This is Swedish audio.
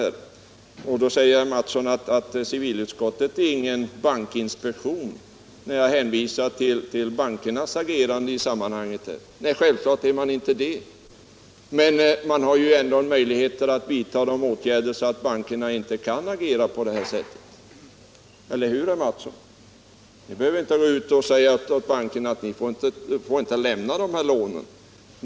Herr Mattsson säger att utskottet inte är någon bankinspektion när jag hänvisar till bankernas agerande i sammanhanget. Nej, självklart är utskottet inte det, men det har ändå möjligheter att vidta åtgärder så att bankerna inte kan agera på det här sättet — eller hur, herr Mattsson? Civilutskottet behöver inte gå ut och säga till bankerna: Ni får inte lämna de här lånen.